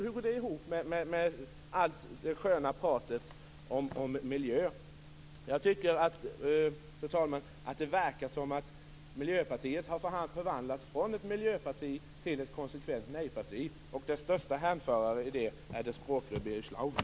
Hur går det ihop med allt det sköna pratet om miljö? Fru talman! Jag tycker att det verkar som om Miljöpartiet har förvandlats från ett miljöparti till ett konsekvent nej-parti, och dess störste härförare i det är dess språkrör Birger Schlaug.